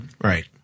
right